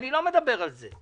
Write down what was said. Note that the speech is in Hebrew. אני לא מדבר על זה,